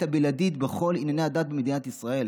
הבלעדית בכל ענייני הדת במדינת ישראל.